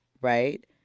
right